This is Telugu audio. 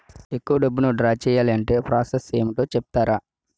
ఎక్కువ డబ్బును ద్రా చేయాలి అంటే ప్రాస సస్ ఏమిటో చెప్తారా?